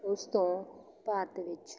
ਉਸ ਤੋਂ ਭਾਰਤ ਵਿੱਚ